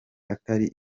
atari